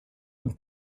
und